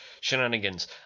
shenanigans